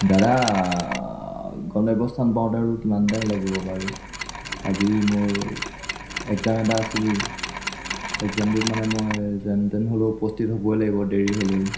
দাদা গন্তব্য স্থান পাওঁতে আৰু কিমান টাইম লাগিব বাৰু আজি মোৰ এগ্জাম এটা আছিল এগ্জামটোত মানে মই যেন তেন হ'লেও উপস্থিত হ'বই লাগিব দেৰি হ'লেও